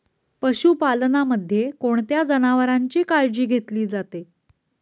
पशुपालनामध्ये कोणत्या जनावरांची काळजी घेतली जाते?